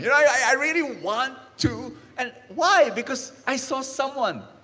i really want to and why? because i saw someone.